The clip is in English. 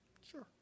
Sure